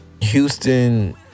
Houston